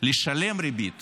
לשלם ריבית